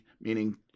meaning